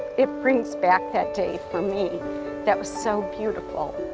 it brings back that day for me that was so beautiful.